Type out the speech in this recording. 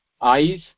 eyes